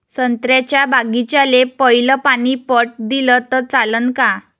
संत्र्याच्या बागीचाले पयलं पानी पट दिलं त चालन का?